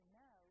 no